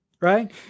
Right